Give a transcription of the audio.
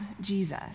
Jesus